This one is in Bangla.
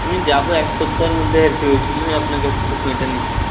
আমি যাব এক সপ্তাহের মধ্যে আর কি ওই জন্যই আপনার কাছে একটু খোঁজটা নিচ্ছিলাম